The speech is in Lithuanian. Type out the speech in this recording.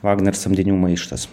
vagner samdinių maištas